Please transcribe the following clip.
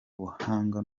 buhanga